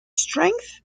strength